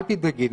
אל תדאגי.